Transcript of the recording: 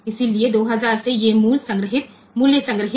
इसलिए 2000 से ये मूल्य संग्रहीत हैं